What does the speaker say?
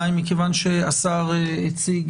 מכודיי, אנחנו נפנה